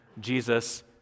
Jesus